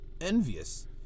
envious